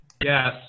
Yes